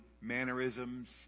mannerisms